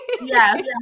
yes